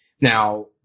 Now